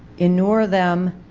innure them